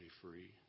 free